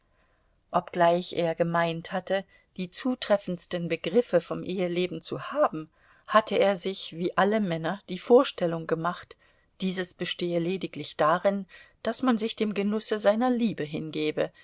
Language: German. obgleich er gemeint hatte die zutreffendsten begriffe vom eheleben zu haben hatte er sich wie alle männer die vorstellung gemacht dieses bestehe lediglich darin daß man sich dem genusse seiner liebe hingebe